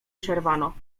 przerwano